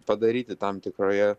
padaryti tam tikroje